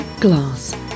Glass